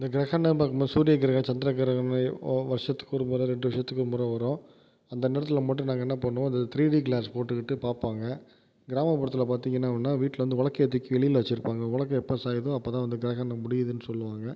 கிரகணம் பார்க்கும்போது சூரிய கிரகணம் சந்திர கிரகணம் வருஷத்துக்கு ஒரு முறை ரெண்டு வருஷத்து ஒரு முறை வரும் அந்த நேரத்தில் மட்டும் நாங்கள் என்ன பண்ணுவோம் இந்த த்ரீ டி கிளாஸ் போட்டுக்கிட்டு பார்ப்போங்க கிராமப்புறத்தில் பார்த்தீங்கன்னா வீட்டில் வந்து உலக்கையை தூக்கி வெளியே வச்சிருப்பாங்க உலக்கை எப்போ சாயுதோ அப்போதா கிரகணம் வந்து முடியுதுன்னு சொல்லுவாங்க